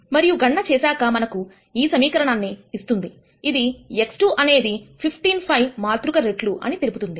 మరియు గణన చేశాక మనకు ఈ సమీకరణాన్ని ఇస్తుంది ఇది x2 అనేది 15 5 మాతృక రెట్లు అని తెలుపుతుంది